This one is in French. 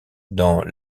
dans